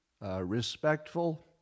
respectful